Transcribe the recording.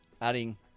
adding